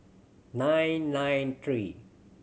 nine nine three